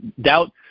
doubt